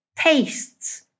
tastes